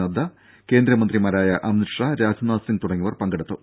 നദ്ദ കേന്ദ്രമന്ത്രിമാരായ അമിത് ഷാ രാജ്നാഥ് സിങ് തുടങ്ങിയവർ പങ്കെടുത്തു